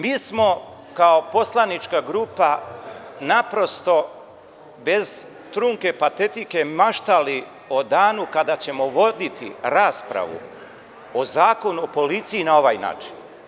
Mi smo kao poslanička grupa naprosto bez trunke patetike maštali o danu kada ćemo voditi raspravu o Zakonu o policiji na ovaj način.